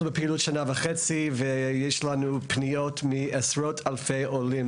אנחנו בפעילות שנה וחצי ויש לנו פניות מעשרות אלפי עולים